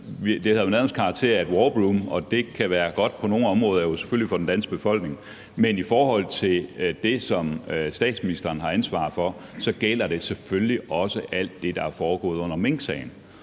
det havde jo nærmest karakter af et warroom, og det kan være godt på nogle områder, selvfølgelig for den danske befolkning. Men i forhold til det, som statsministeren har ansvaret for, så gælder det selvfølgelig også alt det, der er foregået under minksagen.